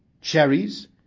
cherries